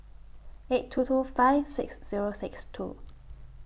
eight two two five six Zero six two